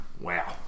Wow